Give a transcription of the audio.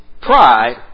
Pride